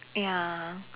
ya